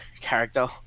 character